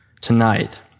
tonight